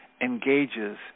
engages